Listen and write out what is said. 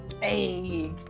hey